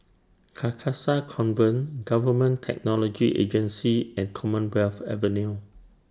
Carcasa Convent Government Technology Agency and Commonwealth Avenue